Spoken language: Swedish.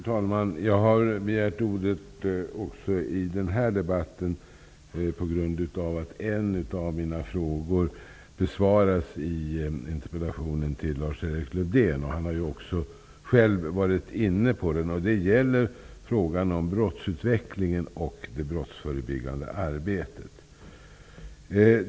Herr talman! Jag har begärt ordet också i den här debatten beroende på att en av mina frågor besvaras i interpellationssvaret till Lars-Erik Lövdén. Han har själv varit inne på den. Det gäller frågan om brottsutvecklingen och det brottsförebyggande arbetet.